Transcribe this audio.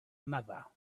another